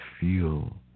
feel